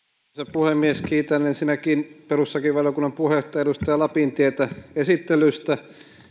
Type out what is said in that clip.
puhemies kiitän ensinnäkin perustuslakivaliokunnan puheenjohtajaa edustaja lapintietä esittelystä